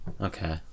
Okay